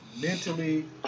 mentally